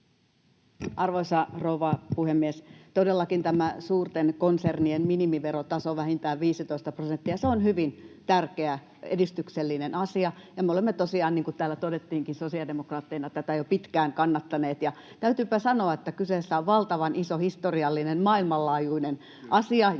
Arvoisa rouva puhemies! Todellakin tämä suurten konsernien minimiverotaso, vähintään 15 prosenttia, on hyvin tärkeä ja edistyksellinen asia, ja me olemme tosiaan, niin kuin täällä todettiinkin, sosiaalidemokraatteina tätä jo pitkään kannattaneet. Täytyypä sanoa, että kyseessä on valtavan iso, historiallinen, maailmanlaajuinen asia